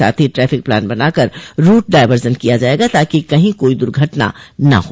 साथ हो traffic plan बनाकर रूट डायवर्जन किया जायेगा ताकि कहीं कोई द्घर्टना न हो